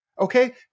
Okay